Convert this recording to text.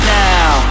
now